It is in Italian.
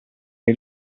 che